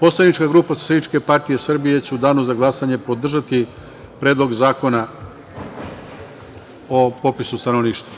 Poslanička grupa SPS će u danu za glasanje podržati Predlog zakona o popisu stanovništva.